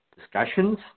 Discussions